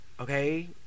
Okay